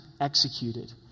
executed